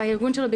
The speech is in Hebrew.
הארגון שלו,